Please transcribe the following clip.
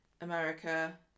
America